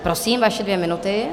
Prosím, vaše dvě minuty.